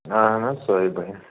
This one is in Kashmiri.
اہن حظ سۄے بَنہِ